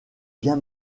bien